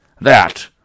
That